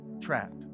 trapped